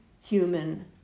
human